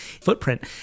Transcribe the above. footprint